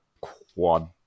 Quad